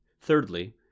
Thirdly